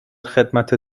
خدمت